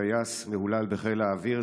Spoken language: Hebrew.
טייס מהולל בחיל האוויר,